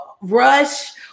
rush